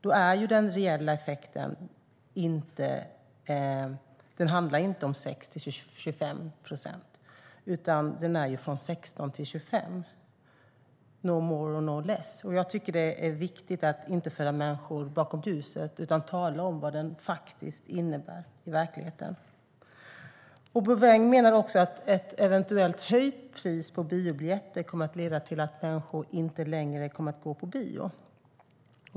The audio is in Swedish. Då handlar den reella effekten inte om en höjning från 6 till 25 procent, utan det är en höjning från 16 till 25 procent, no more and no less. Jag tycker att det är viktigt att inte föra människor bakom ljuset utan tala om vad den faktiskt innebär i verkligheten. Helena Bouveng menar också att ett eventuellt höjt pris på biobiljetter kommer att leda till att människor inte längre kommer att gå på bio.